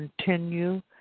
continue